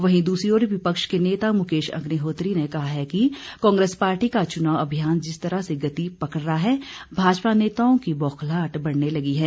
वहीं दूसरी ओर विपक्ष के नेता मुकेश अग्निहोत्री ने कहा है कि कांग्रेस पार्टी का चुनाव अभियान जिस तरह से गति पकड़ रहा है भाजपा नेताओं की बौखलाहट बढ़ने लगी है